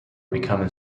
becoming